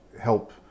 help